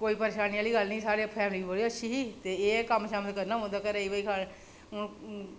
कोई परेशानी आह्ली गल्ल निं ही साढ़ी फैमिली बड़ी अच्छी ही ते एह् कम्म करना गै पौंदा घरै ई भई हून